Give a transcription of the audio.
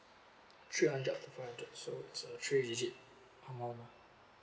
three hundred ah to five hundred so it's a three digit uh